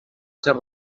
ser